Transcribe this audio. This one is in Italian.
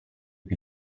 più